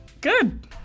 Good